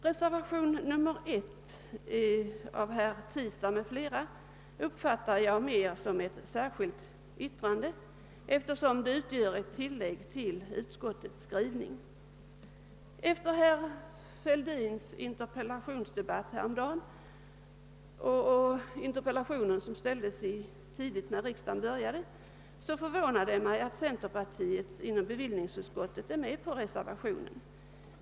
Reservationen 1 av herr Tistad m.fl. uppfattar jag mera som ett särskilt yttrande, eftersom den utgör ett tillägg till utskottets skrivning. Efter debatten häromdagen kring herr Fälldins interpellation — som framställdes vid riksdagens början — förvånar det mig att centerpartiet inom bevillningsutskottet är med på reservationen.